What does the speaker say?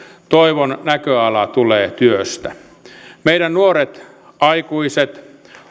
toivon näköala tulee työstä meidän nuoret aikuiset